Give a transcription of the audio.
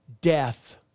death